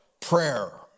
prayer